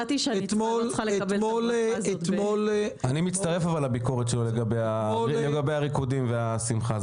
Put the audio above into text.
אני מצטרף לביקורת שלך לגבי הריקודים והשמחה.